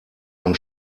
man